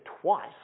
twice